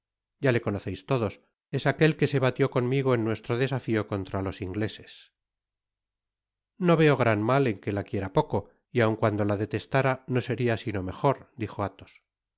ya le conoceis todos es aquel que se batió conmigo en nuestro desafio contra los ingleses no veo gran mal en que la quiera poco y aun cuando la detestára no seria sino mejor dijo athos